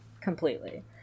completely